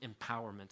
empowerment